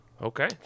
Okay